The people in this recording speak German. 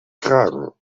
kragen